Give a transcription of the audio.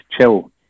chill